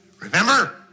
Remember